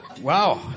Wow